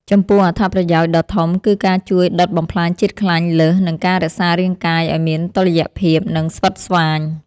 ចំពោះអត្ថប្រយោជន៍ដ៏ធំ គឺការជួយដុតបំផ្លាញជាតិខ្លាញ់លើស និងការរក្សារាងកាយឱ្យមានតុល្យភាព និងស្វិតស្វាញ។